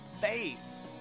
face